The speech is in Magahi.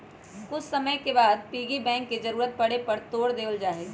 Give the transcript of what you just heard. कुछ समय के बाद पिग्गी बैंक के जरूरत पड़े पर तोड देवल जाहई